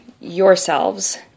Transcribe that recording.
yourselves